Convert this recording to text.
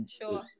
sure